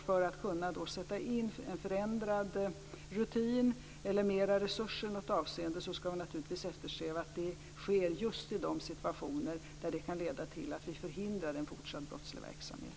För att kunna sätta in en förändrad rutin eller mer resurser i något avseende ska vi naturligtvis eftersträva att det sker i just de situationer som kan leda till att vi förhindrar en fortsatt brottslig verksamhet.